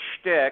shtick